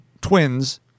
twins